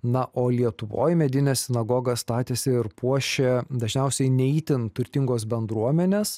na o lietuvoj medinė sinagoga statėsi ir puošė dažniausiai ne itin turtingos bendruomenės